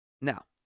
Now